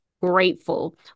grateful